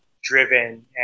driven